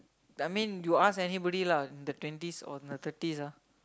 I mean you ask anybody lah in the twenties or in the thirties ah